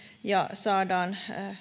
ja saadaan